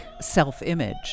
self-image